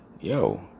yo